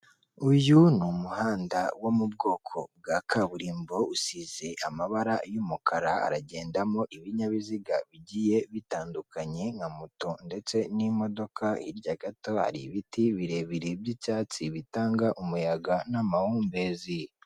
Uyu ni umuhanda wo mu bwoko bwa kaburimbo, usize amabara y'umukara, haragendamo ibinyabiziga bigiye bitandukanye nka moto ndetse n'imodoka, hirya gato hari ibiti birebire by'icyatsi bitanga umuyaga n'amahumbezi.